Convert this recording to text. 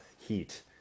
heat